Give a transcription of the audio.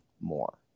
more